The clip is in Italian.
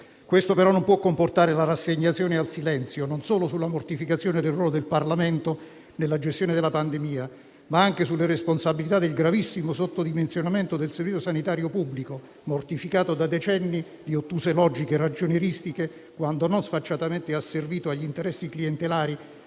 Ciò però non può portare alla rassegnazione e al silenzio, non solo sulla mortificazione del ruolo del Parlamento nella gestione della pandemia, ma anche sulle responsabilità del gravissimo sottodimensionamento del Servizio sanitario pubblico, mortificato da decenni di ottuse logiche ragionieristiche, quando non sfacciatamente asservito agli interessi clientelari